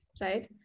right